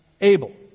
Abel